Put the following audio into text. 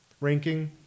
ranking